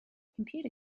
computer